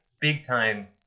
big-time